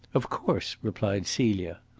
of course, replied celia.